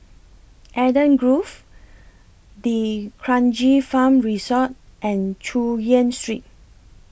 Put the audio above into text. Eden Grove D'Kranji Farm Resort and Chu Yen Street